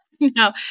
No